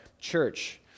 church